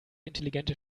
intelligente